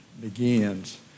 begins